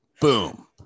Boom